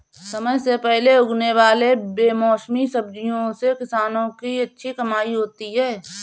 समय से पहले उगने वाले बेमौसमी सब्जियों से किसानों की अच्छी कमाई होती है